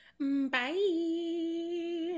Bye